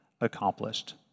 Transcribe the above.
accomplished